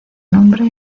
nombre